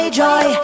joy